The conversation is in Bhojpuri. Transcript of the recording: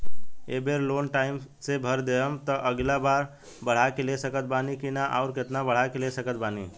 ए बेर लोन टाइम से भर देहम त अगिला बार बढ़ा के ले सकत बानी की न आउर केतना बढ़ा के ले सकत बानी?